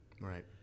Right